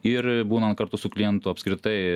ir būnant kartu su klientu apskritai